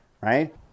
right